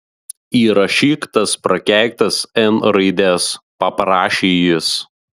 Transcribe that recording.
įrašyk tas prakeiktas n raides paprašė jis